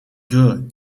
good